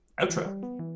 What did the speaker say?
Outro